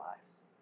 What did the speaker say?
lives